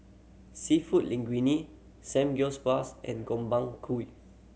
Seafood Linguine and Gobchang Gui